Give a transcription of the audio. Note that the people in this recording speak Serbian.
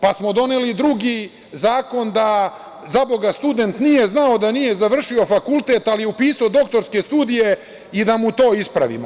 Pa smo doneli drugi zakon da, zaboga, student nije znao da nije završio fakultet, ali je upisao doktorske studije i da mu to ispravimo.